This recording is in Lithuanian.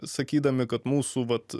sakydami kad mūsų vat